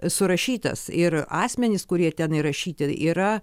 surašytas ir asmenys kurie ten įrašyti yra